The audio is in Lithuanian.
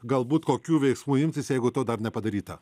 galbūt kokių veiksmų imtis jeigu to dar nepadaryta